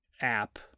app